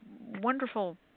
wonderful